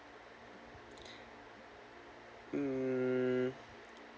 hmm